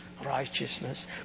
righteousness